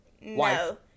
No